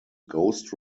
ghost